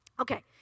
okay